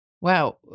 Wow